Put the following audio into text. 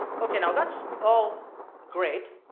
ok now that's all great